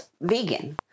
vegan